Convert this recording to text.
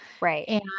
Right